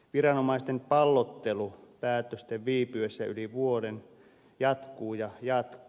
viranomaisten pallottelu päätösten viipyessä yli vuoden jatkuu ja jatkuu